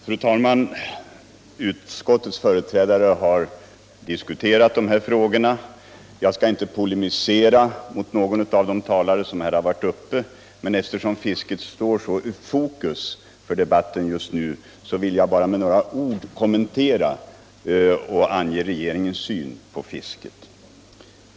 Fru talman! Utskottets företrädare har diskuterat de här frågorna. Jag skall inte polemisera mot någon av de talare som här varit uppe, men eftersom fisket står så i fokus i debatten just nu vill jag bara med några ord kommentera dessa frågor och ange regeringens syn på fisket.